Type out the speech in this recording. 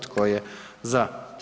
Tko je za?